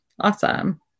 awesome